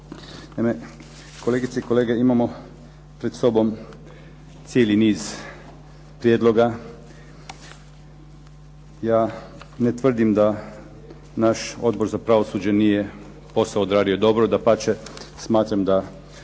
Naime, kolegice i kolege imamo pred sobom cijeli niz prijedloga. Ja ne tvrdim da naš Odbor za pravosuđe nije posao odradio dobro, dapače smatram da